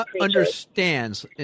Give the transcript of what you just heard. understands